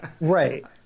right